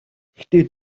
гэхдээ